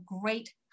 great